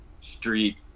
street